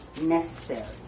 necessary